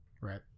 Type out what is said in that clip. right